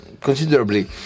considerably